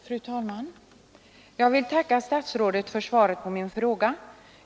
Fru talman! Jag vill tacka statsrådet för svaret på min fråga.